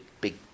big